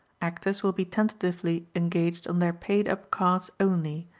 actors will be tentatively engaged on their paid up cards only,